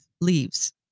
leaves